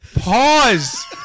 Pause